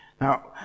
Now